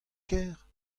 kêr